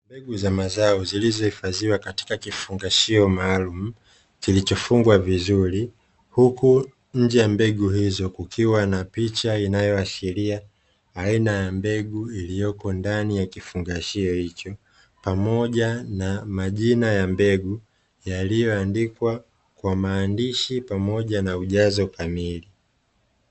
Mbegu za mazao zilizohifadhiwa katika kifungashio maalumu, kilichofungwa vizuri. Huku nje ya mbegu hizo kukiwa na picha inayoashiria, aina ya mbegu iliyoko ndani ya kifungashio hicho, pamoja na majina ya mbegu yaliyoandikwa kwa maandishi, pamoja na ujazo kamili.